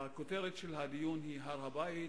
הכותרת של הדיון היא הר-הבית,